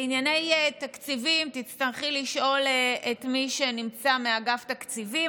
בענייני תקציבים תצטרכי לשאול את מי שנמצא מאגף תקציבים.